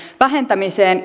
vähentämiseen